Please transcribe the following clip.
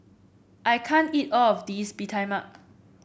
I can't eat all of this Bee Tai Mak